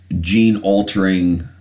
gene-altering